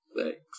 Thanks